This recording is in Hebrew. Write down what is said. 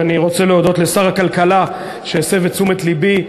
ואני רוצה להודות לשר הכלכלה שהסב את תשומת לבי.